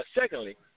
secondly